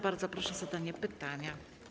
Bardzo proszę o zadanie pytania.